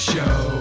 Show